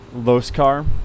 Loscar